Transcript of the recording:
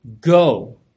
go